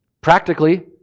Practically